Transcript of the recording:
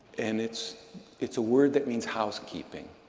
and it's it's a word that means housekeeping,